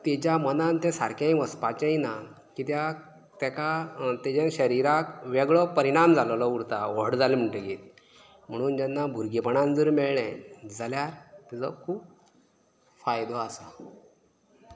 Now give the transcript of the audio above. तेच्या मनान तें सारकें वसपाचेंय ना कित्याक तेका तेजे शरिराक वेगळो परिणाम जाल्लो उरता व्हड जाले म्हणटकीर म्हणून जेन्ना भुरगेपणान जर मेळ्ळें जाल्यार तेजो खूब फायदो आसता